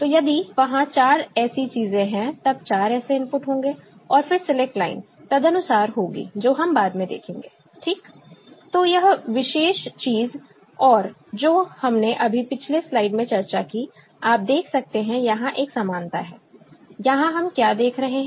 तो यदि वहां 4 ऐसी चीजें हैं तब 4 ऐसे इनपुट होंगे और फिर सिलेक्ट लाइन तदनुसार होगी जो हम बाद में देखेंगे ठीक तो यह विशेष चीज और जो हमने अभी पिछले स्लाइड में चर्चा की आप देख सकते हैं यहां एक समानता है यहां हम क्या देख रहे हैं